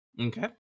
Okay